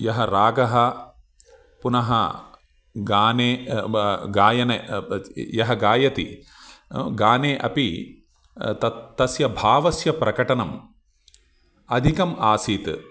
यः रागः पुनः गायने गायने यः गायति गायने अपि तत् तस्य भावस्य प्रकटनम् अधिकम् आसीत्